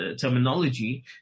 terminology